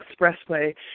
expressway